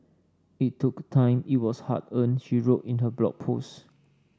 it took time it was hard earned she wrote in her Blog Post